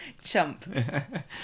chump